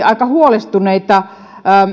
aika huolestuneita